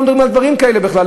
לא מדברים על דברים כאלה בכלל,